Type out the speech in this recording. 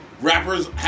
Rappers